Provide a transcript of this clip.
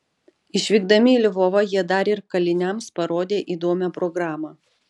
išvykdami į lvovą jie dar ir kaliniams parodė įdomią programą